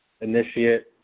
initiate